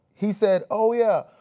he said oh yeah,